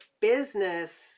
business